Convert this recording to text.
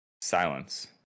silence